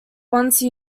once